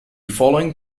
following